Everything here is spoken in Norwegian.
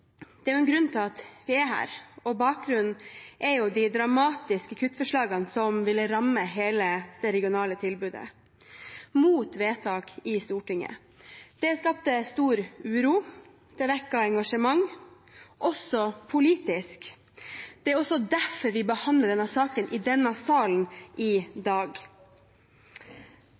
Det stemmer jo ikke. Det er en grunn til at vi er her, og bakgrunnen er de dramatiske kuttforslagene som ville rammet hele det regionale tilbudet – mot vedtak i Stortinget. Det skapte stor uro, det vekket engasjement også politisk. Det er også derfor vi behandler denne saken i salen i dag.